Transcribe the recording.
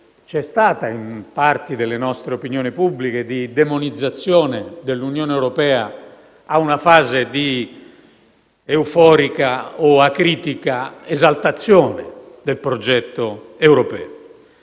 c'è stata in qualche parte della nostra opinione pubblica, di demonizzazione dell'Unione europea a una fase di euforia o acritica esaltazione del progetto europeo.